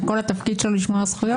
שכל התפקיד שלו לשמור על זכויות?